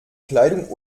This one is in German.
kleidung